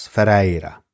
Ferreira